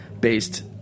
based